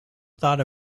thought